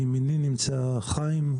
מימיני נמצא חיים,